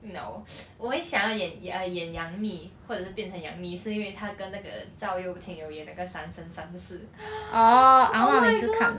no 我会想要演 uh 演杨幂或只是变成杨幂是因为她跟那个趙又廷有演那个三生三世 you ting you yan na ge san sheng san shi oh my god